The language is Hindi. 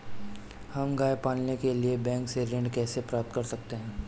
हम गाय पालने के लिए बैंक से ऋण कैसे प्राप्त कर सकते हैं?